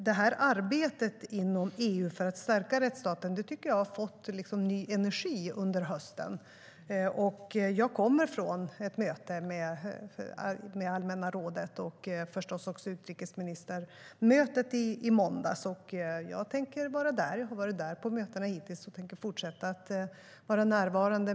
Detta arbete inom EU för att stärka rättsstaten tycker jag har fått ny energi under hösten. Jag kommer från ett möte med allmänna rådet och förstås med utrikesministrarna i måndags. Hittills har jag varit där på mötena och tänker fortsätta att vara närvarande.